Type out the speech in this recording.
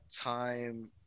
time